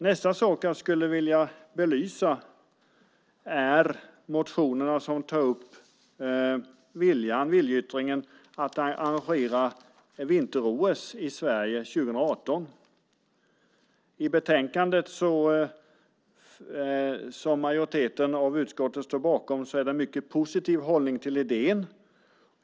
Nästa sak jag skulle vilja belysa är de motioner som tar upp viljeyttringen att arrangera vinter-OS i Sverige 2018. I betänkandet, som majoriteten av utskottet står bakom, är det en mycket positiv hållning till idén.